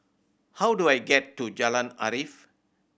how do I get to Jalan Arif